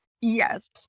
yes